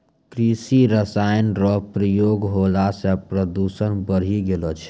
कृषि रसायन रो प्रयोग होला से प्रदूषण बढ़ी गेलो छै